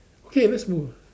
okay let's move